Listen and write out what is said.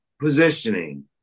positioning